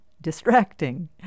distracting